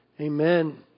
Amen